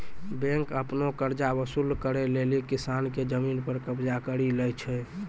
bank आपनो कर्जा वसुल करै लेली किसान के जमिन पर कबजा करि लै छै